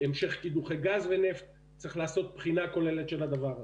יש המשך קידוחי גז ונפט צריך לעשות בחינה כוללת של הדבר הזה.